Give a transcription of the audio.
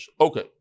Okay